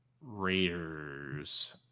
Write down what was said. Raiders